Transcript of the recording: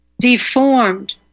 deformed